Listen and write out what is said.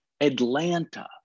Atlanta